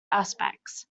aspects